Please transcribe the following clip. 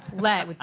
leg,